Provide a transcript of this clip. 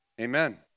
amen